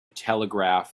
telegraph